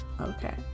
okay